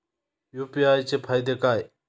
UPI चे फायदे काय?